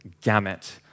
gamut